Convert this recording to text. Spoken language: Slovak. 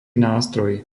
nástroj